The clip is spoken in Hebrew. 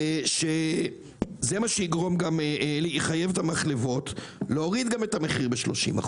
ושזה מה שיחייב את המחלבות להוריד גם את המחיר ב-30%,